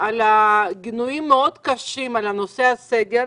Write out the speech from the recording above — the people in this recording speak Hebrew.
היו גינויים מאוד קשים על נושא הסגר.